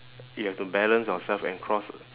you have to balance yourself and cross